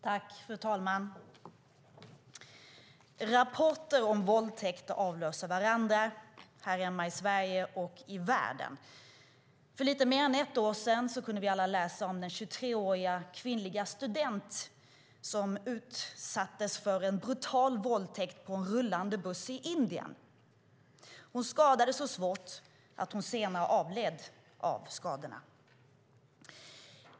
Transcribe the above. Fru talman! Rapporter om våldtäkter avlöser varandra här hemma i Sverige och i världen. För lite mer än ett år sedan kunde vi alla läsa om den 23-åriga kvinnliga student som utsattes för en brutal våldtäkt på en rullande buss i Indien. Hon skadades så svårt att hon senare avled av skadorna.